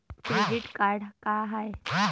Credit card का हाय?